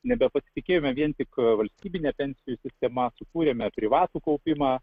nebepasitikėjome vien tik valstybine pensijų sistemta sukūrėme privatų kaupimą